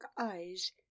eyes